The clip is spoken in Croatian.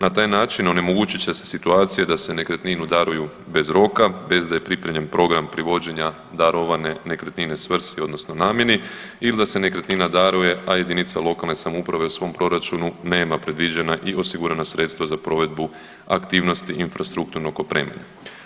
Na taj način omogućit će se situacija da se nekretninu daruju bez roka, bez da je pripremljen program privođenja darovane nekretnine svrsi, odnosno namjeni ili da se nekretnina daruje, a jedinica lokalne samouprave u svom proračunu nema predviđena i osigurana sredstva za provedbu aktivnosti infrastrukturnog opremanja.